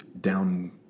down